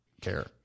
care